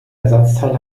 ersatzteil